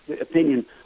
opinion